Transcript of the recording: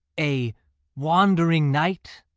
a wand'ring knight?